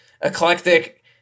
eclectic